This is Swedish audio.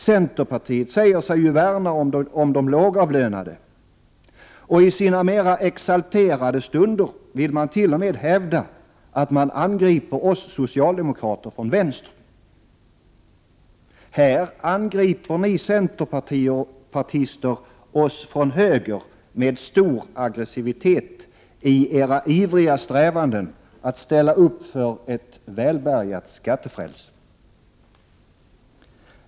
Centerpartiet säger sig ju värna de lågavlönade, och i sin mera exalterade stunder vill man t.o.m. hävda att man angriper oss socialdemokrater från vänster. Här angriper ni centerpartister oss med stor aggressivitet från höger i era ivriga strävanden att ställa upp för ett välbärgat skattefrälse!